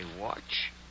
watch